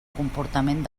comportament